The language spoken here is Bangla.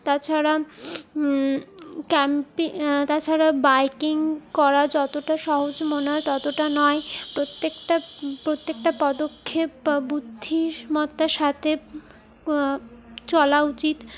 তাছাড়া ক্যাম্পে তাছাড়া বাইকিং করা যতটা সহজ মনে হয় ততটা নয় প্রত্যেকটা প্রত্যেকটা পদক্ষেপ বুদ্ধিমত্তার সাথে চলা উচিত